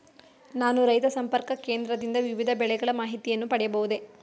ನಾನು ರೈತ ಸಂಪರ್ಕ ಕೇಂದ್ರದಿಂದ ವಿವಿಧ ಬೆಳೆಗಳ ಮಾಹಿತಿಯನ್ನು ಪಡೆಯಬಹುದೇ?